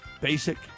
basic